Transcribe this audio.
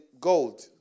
gold